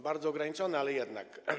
Bardzo ograniczone, ale jednak.